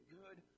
good